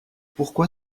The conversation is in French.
pourquoi